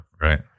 Right